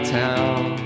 town